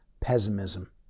pessimism